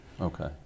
Okay